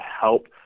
help